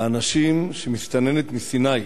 האנשים שמסתננת מסיני